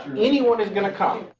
anyone is gonna come.